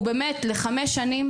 הוא לחמש שנים.